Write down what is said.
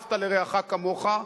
ואהבת לרעך כמוך,